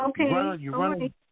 Okay